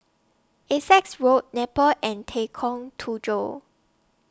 Essex Road Napier and Tujoh